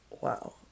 wow